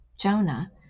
Jonah